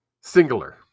Singular